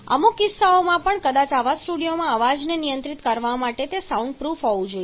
અમુક કિસ્સાઓમાં પણ કદાચ આવા સ્ટુડિયોમાં અવાજને નિયંત્રિત કરવા માટે તે સાઉન્ડપ્રૂફ હોવું જોઈએ